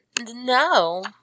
no